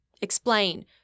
explain